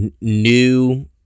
new